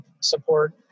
support